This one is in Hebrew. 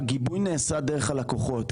הגיבוי נעשה דרך הלקוחות.